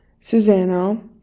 Susano